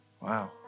Wow